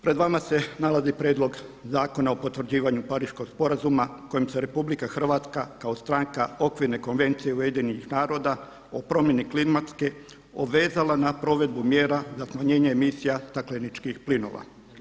Pred vama se nalazi Prijedlog zakona o potvrđivanju Pariškog sporazuma kojim se RH kao stranka Okvirne konvencije UN-a o promjeni klimatske, obvezala na provedbu mjera, … emisija stakleničkih plinova.